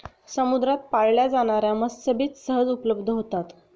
समुद्रात पाळल्या जाणार्या मत्स्यबीज सहज उपलब्ध होतात